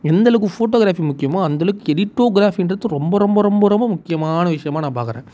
எந்தளவுக்கு ஃபோட்டோகிராஃபி முக்கியமோ அந்தளவுக்கு எடிட்டோகிராஃபின்றது ரொம்ப ரொம்ப ரொம்ப ரொம்ப முக்கியமான விஷயமாக நான் பாக்கிறேன்